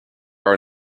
are